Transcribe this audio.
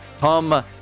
come